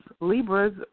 Libra's